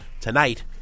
Tonight